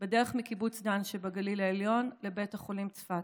בדרך מקיבוץ דן שבגליל העליון לבית החולים צפת.